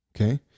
Okay